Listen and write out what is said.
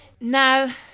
Now